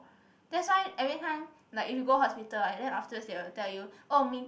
that's why every time like if you go hospital like then afterwards they will tell you oh ming